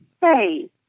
Hey